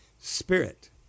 spirit